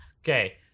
Okay